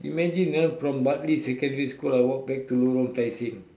imagine ah from Bartley secondary school I walk back to lorong tai seng